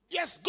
Yes